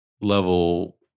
level